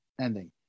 ending